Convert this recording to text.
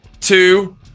two